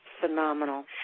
phenomenal